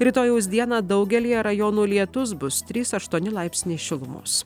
rytojaus dieną daugelyje rajonų lietus bus trys aštuoni laipsniai šilumos